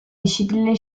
discipline